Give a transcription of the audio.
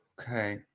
okay